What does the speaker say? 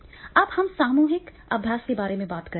अब हम सामूहिक अभ्यास के बारे में बात करेंगे